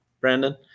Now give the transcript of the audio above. Brandon